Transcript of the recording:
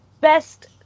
best